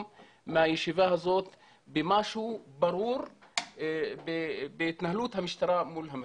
מהישיבה הזאת במשהו ברור בהתנהלות המשטרה מול המפגינים.